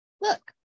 Look